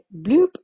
bloop